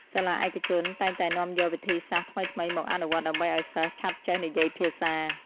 សាលាឯកជនតែងតែនាំយកវិធីសាស្ត្រថ្មីៗមកអនុវត្តដើម្បីឱ្យសិស្សឆាប់ចេះនិយាយភាសា។